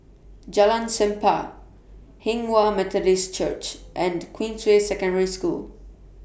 Jalan Chempah Hinghwa Methodist Church and Queensway Secondary School